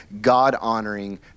God-honoring